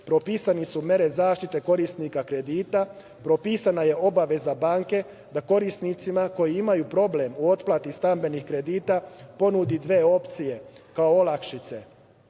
propisane su mere zaštite korisnika kredita, propisana je obaveza banke da korisnicima koji imaju problem u otplati stambenih kredita ponudi dve opcije kao olakšice.